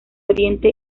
oriente